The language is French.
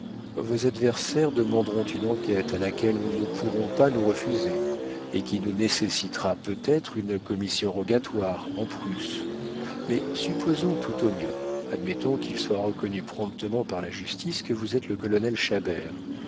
vos adversaires demanderont une enquête à laquelle nous ne pourrons pas nous refuser et qui nécessitera peut-être une commission rogatoire en prusse mais supposons tout au mieux admettons qu'il soit reconnu promptement par la justice que vous êtes le colonel